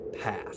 path